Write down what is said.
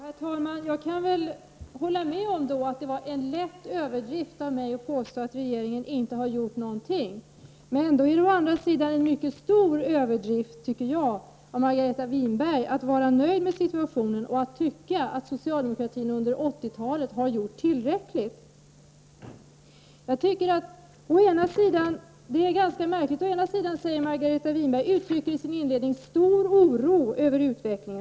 Herr talman! Jag kan väl hålla med om att det var en lätt överdrift av mig att påstå att regeringen inte har gjort någonting. Men det är en mycket stor överdrift, tycker jag, av Margareta Winberg att vara nöjd med situationen och att tycka att socialdemokratin under 1980-talet har gjort tillräckligt. Å ena sidan uttrycker Margareta Winberg i sin inledning stor oro över utvecklingen.